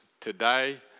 Today